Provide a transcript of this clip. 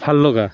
ভাল লগা